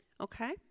Okay